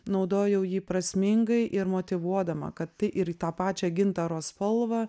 naudojau jį prasmingai ir motyvuodama kad tai ir į tą pačią gintaro spalvą